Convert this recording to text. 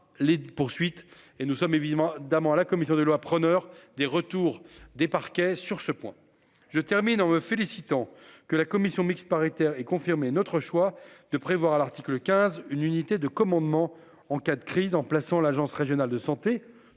les poursuites et nous sommes évidemment d'abord à la commission des lois preneurs des retours des parquets sur ce point. Je termine en me félicitant que la commission mixte paritaire et confirmé notre choix de prévoir à l'article 15, une unité de commandement en cas de crise, en plaçant l'Agence Régionale de Santé,